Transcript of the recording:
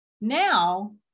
Now